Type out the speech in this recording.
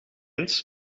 eens